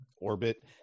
orbit